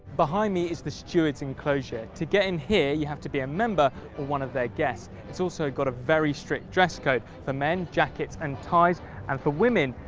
behind me is the steward's enclosure. to get in here, you have to be a member or one of their guests. it's also got a very strict dress code for men, jackets and ties and for women,